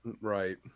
Right